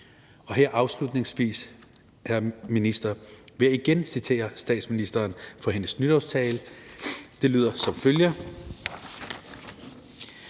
hr. minister, vil jeg igen citere statsministeren fra hendes nytårstale. Det lyder som følger: